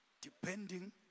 Depending